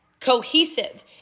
cohesive